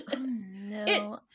no